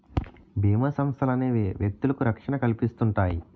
బీమా సంస్థలనేవి వ్యక్తులకు రక్షణ కల్పిస్తుంటాయి